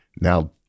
Now